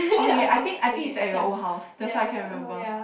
okay okay I think I think it's at your old house that's why I cannot remember